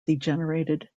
degenerated